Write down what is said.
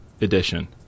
edition